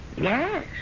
Yes